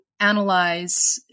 analyze